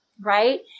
right